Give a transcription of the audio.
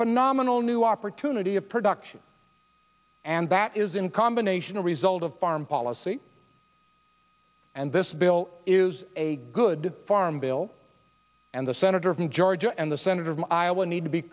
phenomenal new opportunity of production and that is in combination a result of farm policy and this bill is a good farm bill and the senator from georgia and the senator from iowa need to be